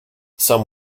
some